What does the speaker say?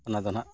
ᱚᱱᱟ ᱫᱚ ᱱᱟᱦᱟᱜ